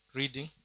reading